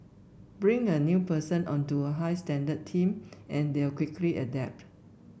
bring a new person onto a high standard team and they'll quickly adapt